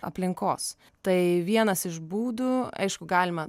aplinkos tai vienas iš būdų aišku galima